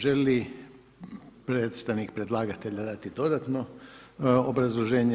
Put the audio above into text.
Želi li predstavnik predlagatelj dati dodatno obrazloženje?